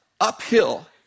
uphill